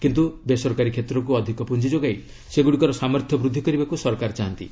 କିନ୍ତୁ ବେସରକାରୀ କ୍ଷେତ୍ରକୁ ଅଧିକ ପୁଞ୍ଜି ଯୋଗାଇ ସେଗୁଡ଼ିକର ସାମର୍ଥ୍ୟ ବୃଦ୍ଧି କରିବାକୁ ସରକାର ଚାହାନ୍ତି